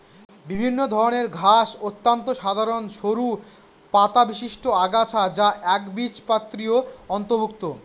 বিভিন্ন ধরনের ঘাস অত্যন্ত সাধারন সরু পাতাবিশিষ্ট আগাছা যা একবীজপত্রীর অন্তর্ভুক্ত